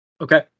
Okay